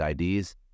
IDs